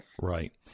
Right